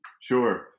Sure